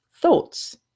thoughts